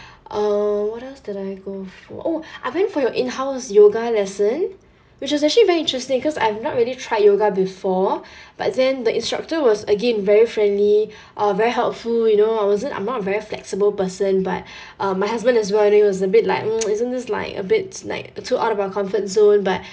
uh what else did I go for oh I went for your inhouse yoga lesson which is actually very interesting cause I've not really tried yoga before but then the instructor was again very friendly uh very helpful you know I wasn't I'm not a very flexible person but um my husband as well he was a bit like mm isn't this like a bit is like the too out of our comfort zone but